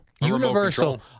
Universal